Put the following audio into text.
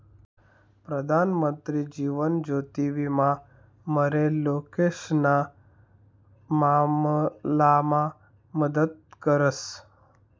प्रधानमंत्री जीवन ज्योति विमा मरेल लोकेशना मामलामा मदत करस